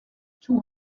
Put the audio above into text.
two